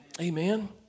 Amen